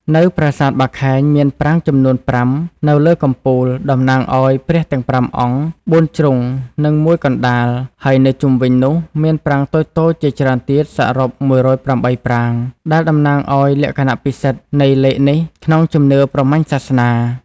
នៅប្រាសាទបាខែង មានប្រាង្គចំនួន ប្រាំ នៅលើកំពូល តំណាងឱ្យព្រះទាំងប្រាំអង្គ បួនជ្រុង និងមួយកណ្តាល ហើយនៅជុំវិញនោះមានប្រាង្គតូចៗជាច្រើនទៀតសរុប ១០៨ ប្រាង្គ ដែលតំណាងឱ្យលក្ខណៈពិសិដ្ឋនៃលេខនេះក្នុងជំនឿព្រហ្មញ្ញសាសនា។